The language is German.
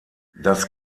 das